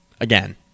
Again